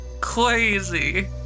Crazy